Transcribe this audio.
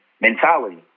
mentality